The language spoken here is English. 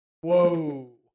Whoa